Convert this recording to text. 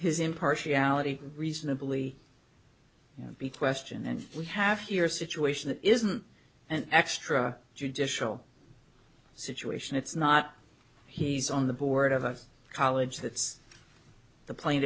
his impartiality reasonably be questioned and we have here a situation that isn't an extra judicial situation it's not he's on the board of a college that's the pla